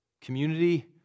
community